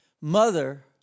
Mother